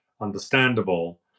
understandable